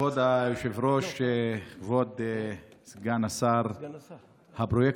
כבוד היושב-ראש, כבוד סגן השר, הפרויקטור,